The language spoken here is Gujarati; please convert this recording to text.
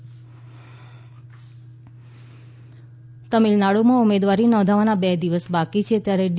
ટીએન જોડાણ તમિલનાડુમાં ઉમેદવારી નોધાવવાના બે દિવસ બાકી છે ત્યારે ડી